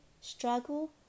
struggle